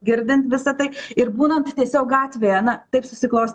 girdint visa tai ir būnant tiesiog gatvėje na taip susiklostė